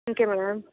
okay madam